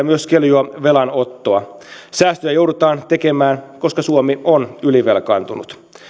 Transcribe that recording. myös keljua velanottoa säästöjä joudutaan tekemään koska suomi on ylivelkaantunut